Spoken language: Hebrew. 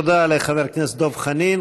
תודה לחבר הכנסת דב חנין.